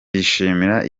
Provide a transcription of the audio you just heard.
bishimira